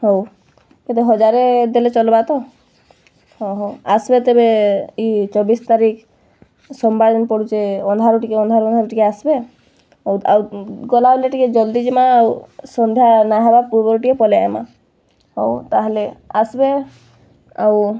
ହଉ କେତେ ହଜାରେ ଦେଲେ ଚଲ୍ବା ତ ହଁ ହଉ ଆସ୍ବେ ତେବେ ଇ ଚବିଶ୍ ତାରିଖ୍ ସୋମ୍ବାର୍ ଦିନ୍ ପଡ଼ୁଛେ ଅନ୍ଧାରୁ ଅନ୍ଧାରୁ ଅନ୍ଧାରୁ ଟିକେ ଆସ୍ବେ ହଉ ଆଉ ଗଲାବେଲେ ଟିକେ ଜଲ୍ଦି ଯିମା ଆଉ ସନ୍ଧ୍ୟା ନାଇଁ ହେବା ପୂର୍ବରୁ ଟିକେ ପାଲେଇଆଏମା ହଉ ତା'ହେଲେ ଆସ୍ବେ ଆଉ